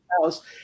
house